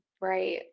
Right